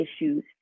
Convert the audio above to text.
issues